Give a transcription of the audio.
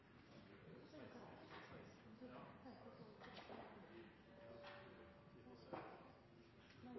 Så vet jeg